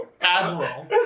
Admiral